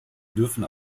dürfen